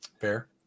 Fair